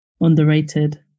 underrated